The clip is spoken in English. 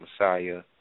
messiah